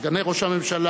סגני ראש הממשלה,